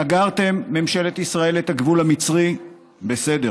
סגרתם, ממשלת ישראל, את הגבול המצרי, בסדר,